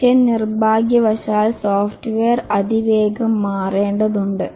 പക്ഷേ നിർഭാഗ്യവശാൽ സോഫ്റ്റ്വെയർ അതിവേഗം മാറേണ്ടതുണ്ട്